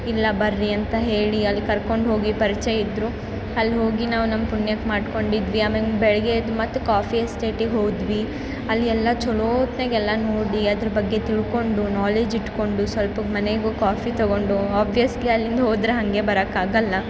ಇಲ್ಲ ಬರ್ರಿ ಅಂತ ಹೇಳಿ ಅಲ್ಲಿ ಕರ್ಕೊಂಡು ಹೋಗಿ ಪರ್ಚಯ ಇದ್ರು ಅಲ್ಲಿ ಹೋಗಿ ನಾವು ನಮ್ಮ ಪುಣ್ಯಕ್ಕೆ ಮಾಡ್ಕೊಂಡಿದ್ವಿ ಆಮೆಗೆ ಬೆಳಗ್ಗೆ ಎದ್ದು ಮತ್ತು ಕಾಫಿ ಎಸ್ಟೇಟಿಗೆ ಹೋದ್ವಿ ಅಲ್ಲಿ ಎಲ್ಲ ಚಲೋ ಹೊತ್ನಾಗೆ ಎಲ್ಲ ನೋಡಿ ಅದ್ರ ಬಗ್ಗೆ ತಿಳ್ಕೊಂಡು ನಾಲೇಜ್ ಇಟ್ಕೊಂಡು ಸ್ವಲ್ಪ ಮನೆಗೂ ಕಾಫಿ ತಗೊಂಡು ಆಬ್ಯಾಸ್ಲಿ ಅಲ್ಲಿಂದ ಹೋದ್ರೆ ಹಂಗೆ ಬರೋಕಾಗಲ್ಲ